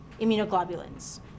immunoglobulins